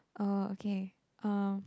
orh okay uh